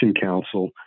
Council